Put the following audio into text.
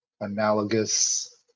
analogous